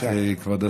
כבוד השר,